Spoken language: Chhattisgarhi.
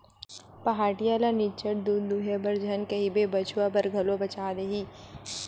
पहाटिया ल निच्चट दूद ल दूहे बर झन कहिबे बछवा बर घलो बचा देही